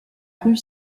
rue